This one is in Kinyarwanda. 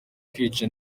kwica